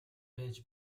байж